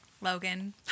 Logan